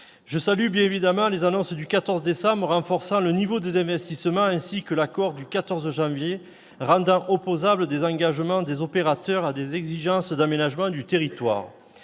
Je salue bien évidemment les annonces du 14 décembre renforçant le niveau des investissements, ainsi que l'accord du 14 janvier rendant opposables des engagements des opérateurs à des exigences d'aménagement du territoire.